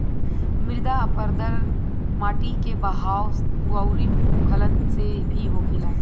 मृदा अपरदन माटी के बहाव अउरी भूखलन से भी होखेला